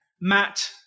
Matt